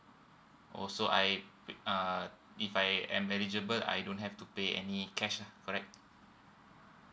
oh so I uh if I am eligible I don't have to pay any cash lah correct